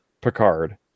Picard